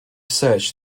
searched